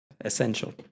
Essential